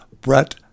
Brett